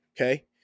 Okay